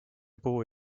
puu